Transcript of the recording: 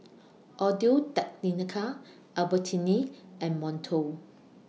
Audio Technica Albertini and Monto